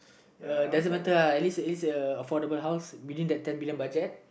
uh doesn't matter uh at least it's a it's a affordable house within that ten million budget